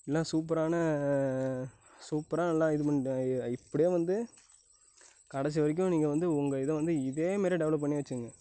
எல்லாம் சூப்பரான சூப்பரா நல்லா இது பண்ணி இப்படியே வந்து கடைசி வரைக்கும் நீங்கள் வந்து உங்கள் இதை வந்து இதேமாரி டெவலப் பண்ணி வச்சுக்கங்க